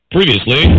Previously